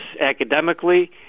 academically